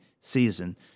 season –